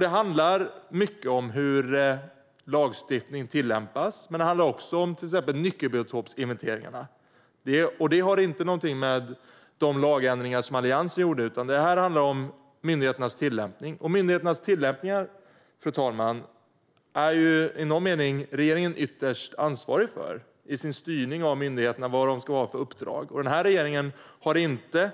Det handlar mycket om hur lagstiftning tillämpas, men det handlar också om till exempel nyckelbiotopsinventeringarna. Det har inte någonting att göra med de lagändringar som Alliansen gjorde, utan det här handlar om myndigheternas tillämpningar, vilka i någon mening regeringen ytterst är ansvarig för genom sin styrning av vad myndigheterna ska ha för uppdrag, fru talman. Den här regeringen har inte